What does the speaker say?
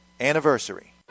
anniversary